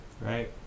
right